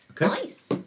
nice